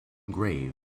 grave